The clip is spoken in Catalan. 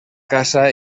caça